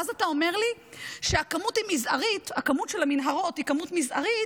ואז אתה אומר שהכמות של המנהרות היא כמות מזערית,